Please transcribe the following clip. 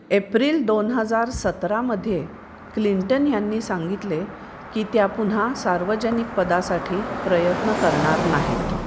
April दोन हजार सतरामध्ये क्लिंटन ह्यांनी सांगितले की त्या पुन्हा सार्वजनिक पदासाठी प्रयत्न करणार नाहीत